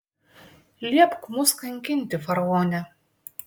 liepk mus kankinti faraone